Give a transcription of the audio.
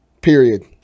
period